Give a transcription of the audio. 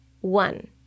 one